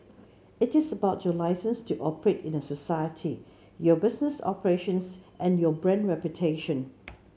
it is about your licence to operate in a society your business operations and your brand reputation